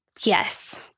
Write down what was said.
yes